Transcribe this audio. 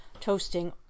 toasting